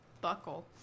buckle